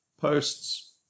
posts